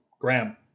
Graham